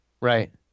Right